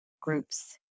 groups